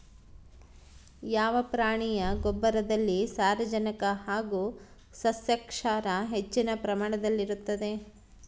ಯಾವ ಪ್ರಾಣಿಯ ಗೊಬ್ಬರದಲ್ಲಿ ಸಾರಜನಕ ಹಾಗೂ ಸಸ್ಯಕ್ಷಾರ ಹೆಚ್ಚಿನ ಪ್ರಮಾಣದಲ್ಲಿರುತ್ತದೆ?